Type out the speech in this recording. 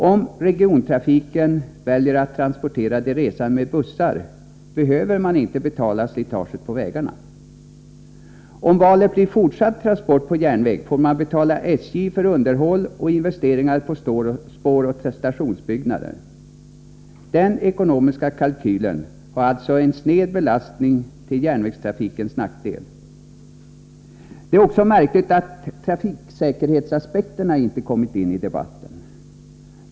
Om regiontrafiken väljer att transportera de resande med bussar, behöver den inte betala för slitaget på vägarna. Om valet blir fortsatt transport på järnväg, får man betala SJ för underhåll och investeringar på spåroch stationsbyggnader. Den ekonomiska kalkylen har alltså en sned belastning till järnvägstrafikens nackdel. Det är också märkligt att trafiksäkerhetsaspekterna inte kommit in i debatten.